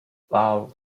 love